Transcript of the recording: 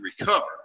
recover